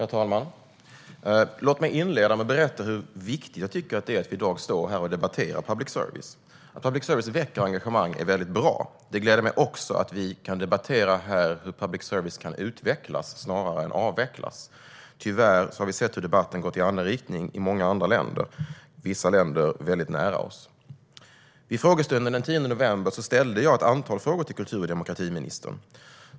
Herr talman! Låt mig inleda med att berätta hur viktigt jag tycker det är att vi i dag står här och debatterar public service. Att public service väcker engagemang är bra. Det gläder mig också att vi här kan debattera hur public service kan utvecklas snarare än avvecklas. Tyvärr har vi sett hur debatten gått i annan riktning i många länder, vissa länder väldigt nära oss. Vid frågestunden den 10 november ställde jag ett antal frågor till kultur och demokratiministern.